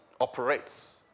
operates